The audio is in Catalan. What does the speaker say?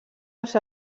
els